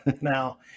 Now